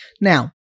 Now